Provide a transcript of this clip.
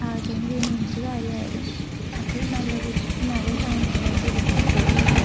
പാചകം ചെയ്യുന്ന എന്ത് കാര്യമായാലും അത് നല്ല രീതിക്ക് എന്നാലേ അതിൻ്റെതായ രീതിക്ക് കിട്ടുകയുള്ളൂ